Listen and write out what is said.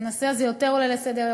הנושא הזה עולה יותר לסדר-היום,